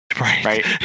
Right